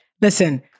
Listen